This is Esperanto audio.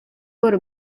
por